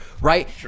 right